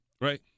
right